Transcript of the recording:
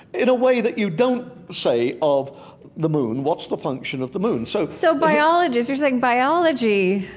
in a way that you don't say of the moon, what's the function of the moon? so, so, biologists you're saying biology,